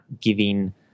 giving